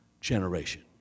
generation